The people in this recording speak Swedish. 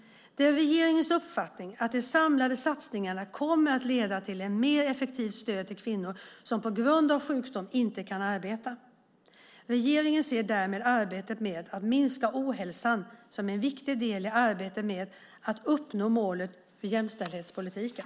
Det är regeringens uppfattning att de samlade satsningarna kommer att leda till ett mer effektivt stöd till kvinnor som på grund av sjukdom inte kan arbeta. Regeringen ser därmed arbetet med att minska ohälsan som en viktig del i arbetet med att uppnå målet för jämställdhetspolitiken.